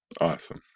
awesome